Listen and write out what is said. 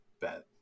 bet